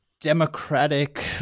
democratic